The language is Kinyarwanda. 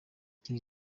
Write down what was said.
king